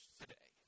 today